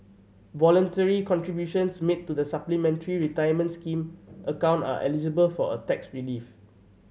voluntary contributions made to the Supplementary Retirement Scheme account are eligible for a tax relief